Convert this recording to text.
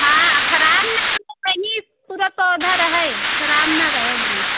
हाँ खराब ना रहे पूरा पौधा रहे खराब ना रहे एक भी